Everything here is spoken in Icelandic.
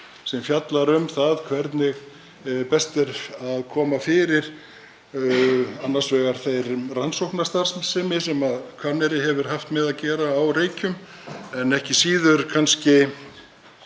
sem fjallar um það hvernig best er að koma fyrir annars vegar þeirri rannsóknarstarfsemi sem Hvanneyri hefur haft með að gera á Reykjum en ekki síður kannski